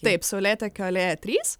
taip saulėtekio alėja trys